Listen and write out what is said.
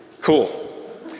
Cool